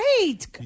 great